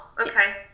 Okay